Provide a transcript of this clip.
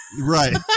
Right